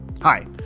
Hi